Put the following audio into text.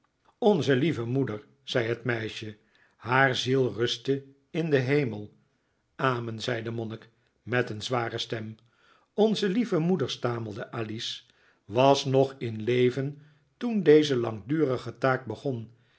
onze lieve moeder zei het meisje haar ziel ruste in den hemel amen zei de monnik met een zware stem onze lieve moeder stamelde alice was nog in leven toen deze langdurige taak begon